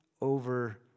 over